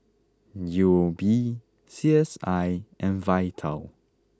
U O B C S I and Vital